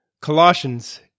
Colossians